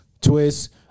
twist